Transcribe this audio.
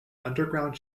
underground